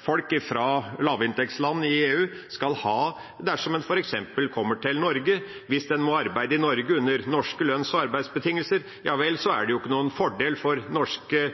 folk fra lavinntektsland i EU skal ha dersom en f.eks. kommer til Norge. Hvis en må arbeide i Norge under norske lønns- og arbeidsbetingelser, er det jo ikke noen fordel for norske